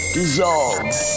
dissolved